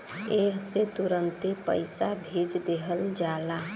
एह से तुरन्ते पइसा भेज देवल जाला